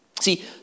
See